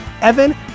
Evan